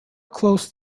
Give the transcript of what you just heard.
close